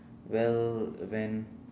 well when